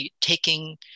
taking